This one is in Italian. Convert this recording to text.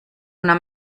una